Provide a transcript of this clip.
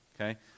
Okay